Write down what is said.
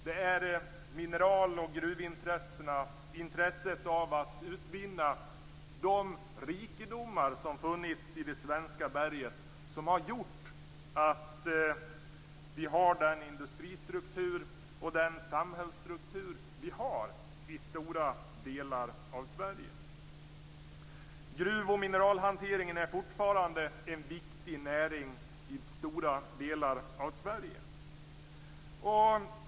Det är mineral och gruvintressena och intresset av att utvinna de rikedomar som funnits i det svenska berget som har gjort att vi har den industristruktur och den samhällsstruktur som vi har i stora delar av Sverige. Gruv och mineralhanteringen är fortfarande en viktig näring i stora delar av Sverige.